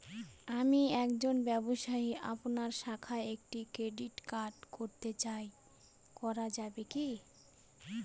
আমি একজন ব্যবসায়ী আপনার শাখায় একটি ক্রেডিট কার্ড করতে চাই করা যাবে কি?